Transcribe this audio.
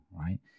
right